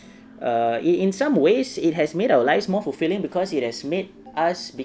err in in some ways it has made our lives more fulfilling because it has made us